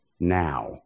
now